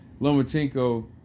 Lomachenko